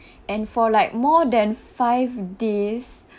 and for like more than five days